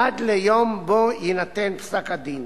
עד ליום שבו יינתן פסק-הדין.